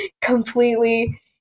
completely